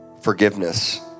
forgiveness